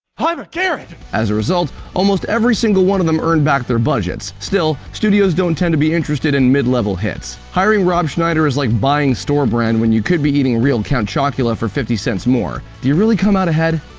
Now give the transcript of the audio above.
i'm a carrot! as a result, almost every single one of them earned back their budgets. still, studios don't tend to be interested in mid-level hits. hiring rob schneider is like buying store brand when you could be eating real count chocula for fifty cents more. do you really come out ahead?